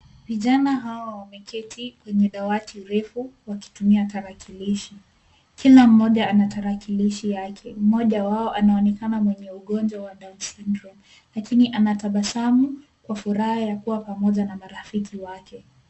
Vijana hawa wameketi kwenye dawati refu wakitumia tarakilishi. Kila mmoja ana tarakilishia yake, mmoja wao anaonekana mwenye ugonjwa wa down syndrome lakini anatabasamu kwa furaha ya kuwa pamoja na marafiki wake.